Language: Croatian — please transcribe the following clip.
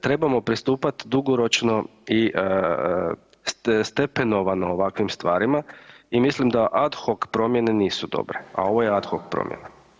Trebamo pristupat dugoročno i stepenovano ovakvim stvarima i mislim da ad hoc promjene nisu dobre, a ovo je ad hoc promjena.